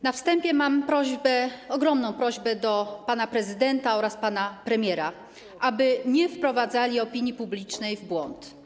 Na wstępie mam prośbę, ogromną prośbę do pana prezydenta oraz pana premiera, aby nie wprowadzali opinii publicznej w błąd.